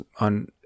on